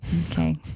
okay